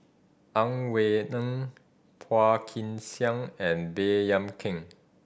Ang Wei Neng Phua Kin Siang and Baey Yam Keng